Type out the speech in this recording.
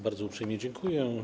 Bardzo uprzejmie dziękuję.